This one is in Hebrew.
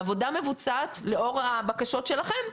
העבודה מבוצעת לאור הבקשות שלכם.